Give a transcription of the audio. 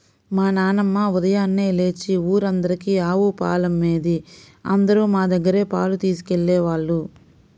మా నాన్నమ్మ ఉదయాన్నే లేచి ఊరందరికీ ఆవు పాలమ్మేది, అందరూ మా దగ్గరే పాలు తీసుకెళ్ళేవాళ్ళు